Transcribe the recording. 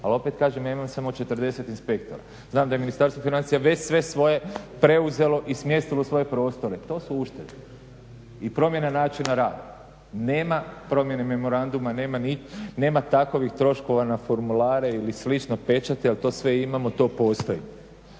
ali opet kažem ja ih imam samo 40 inspektora. Znam da je Ministarstvo financija već sve svoje preuzelo i smjestilo u svoje prostore. To su uštede i promjena načina rada, nema promjene memoranduma, nema takovih troškova na formulare ili slično, pečati, jer to sve imamo, to postoji.